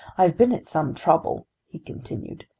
i have been at some trouble, he continued,